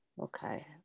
Okay